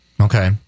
Okay